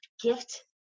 gift